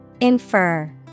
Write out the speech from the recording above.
Infer